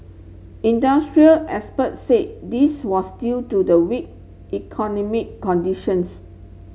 industrial experts said this was due to the weak economic conditions